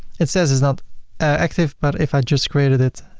it says it's not active but if i just created it,